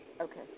Okay